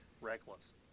reckless